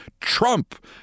Trump